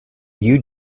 you